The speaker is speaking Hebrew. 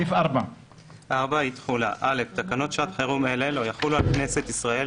סעיף 4. אי-תחולה 4. (א)תקנות שעת חירום אלה לא יחולו על כנסת ישראל,